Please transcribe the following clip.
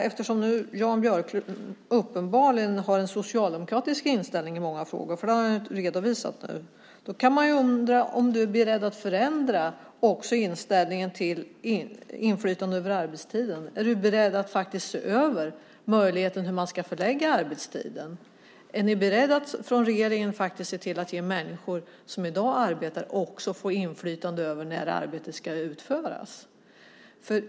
Eftersom Jan Björklund uppenbarligen redovisar en socialdemokratisk inställning i många frågor undrar jag om du även är beredd att förändra inställningen till inflytande över arbetstiden. Är du beredd att faktiskt se över möjligheterna för människor att själva förlägga arbetstiden? Är regeringen beredd att ge människor som i dag arbetar inflytande över när arbetet ska utföras?